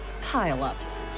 pile-ups